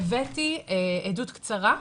והבאתי עדות קצרה,